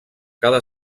cada